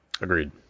Agreed